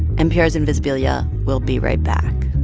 npr's invisibilia will be right back